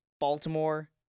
Baltimore